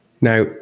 Now